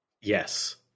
Yes